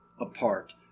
apart